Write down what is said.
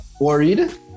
worried